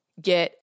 get